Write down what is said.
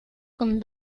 con